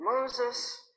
moses